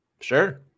Sure